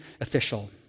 official